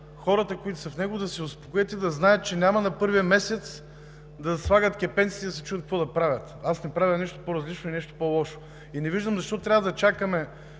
хората, които са в този бранш, да се успокоят и да знаят, че няма на първия месец да слагат кепенците и да се чудят какво да правят. Аз не правя нищо по-различно и нищо по-лошо. Не виждам защо трябва да чакаме